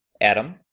Adam